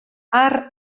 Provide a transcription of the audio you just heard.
har